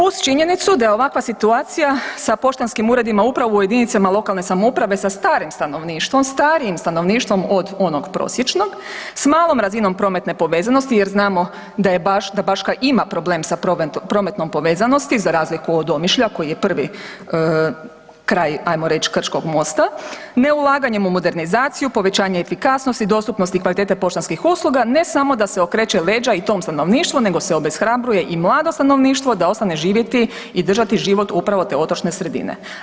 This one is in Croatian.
Uz činjenicu da je ovakva situacija sa poštanskim uredima upravo u jedinicama lokalne samouprave sa starim stanovništvom, starijim stanovništvom od onog prosječnog, s malom razinom prometne povezanosti jer znamo da Baška ima problem sa prometnom povezanosti za razliku od Omišlja koji je prvi kraj ajmo reći, Krčkog mosta, neulaganjem u modernizaciju, povećanje efikasnosti, dostupnosti i kvaliteti poštanskih usluga, ne samo da se okreće leđa i tom stanovništvu nego se obeshrabruje i mlado stanovništvo da ostane živjeti i držati život upravo te otočne sredine.